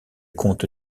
compte